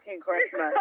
Christmas